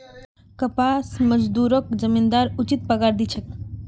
कपास मजदूरक जमींदार उचित पगार दी छेक